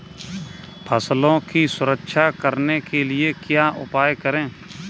फसलों की सुरक्षा करने के लिए क्या उपाय करें?